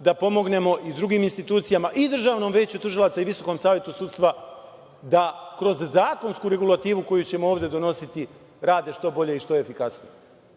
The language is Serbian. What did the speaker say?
da pomognemo i drugim institucijama, i Državnom veću tužilaca i Visokom savetu sudstva, da kroz zakonsku regulativu koju ćemo ovde donositi rade što bolje i što efikasnije. Zato